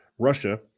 Russia